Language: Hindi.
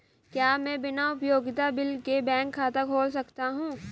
क्या मैं बिना उपयोगिता बिल के बैंक खाता खोल सकता हूँ?